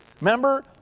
Remember